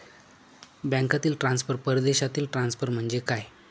बँकांतील ट्रान्सफर, परदेशातील ट्रान्सफर म्हणजे काय?